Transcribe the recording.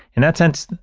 in that sense,